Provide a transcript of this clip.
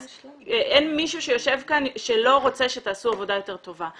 אין מישהו שיושב כאן שלא רוצה שתעשו עבודה יותר טובה.